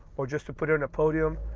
or just to put it in a podium.